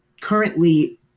currently